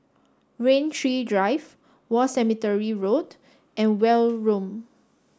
Rain Tree Drive War Cemetery Road and Welm Road